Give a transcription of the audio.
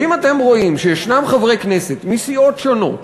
ואם אתם רואים שיש חברי כנסת מסיעות שונות